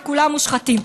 וכולם מושחתים.